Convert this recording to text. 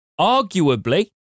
arguably